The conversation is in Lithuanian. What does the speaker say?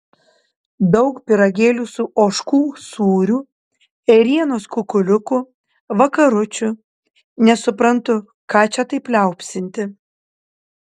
daug pyragėlių su ožkų sūriu ėrienos kukuliukų vakaručių nesuprantu ką čia taip liaupsinti